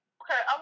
okay